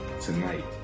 tonight